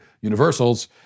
universals